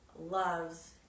loves